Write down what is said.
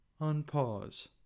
Unpause